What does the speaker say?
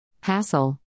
hassle